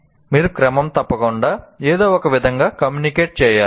మీరు క్రమం తప్పకుండా ఏదో ఒక విధంగా కమ్యూనికేట్ చేయాలి